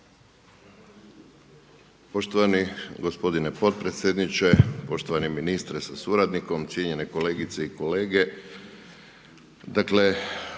Poštovani gospodine potpredsjedniče, poštovani ministre sa suradnikom, cijenjene kolegice i kolege.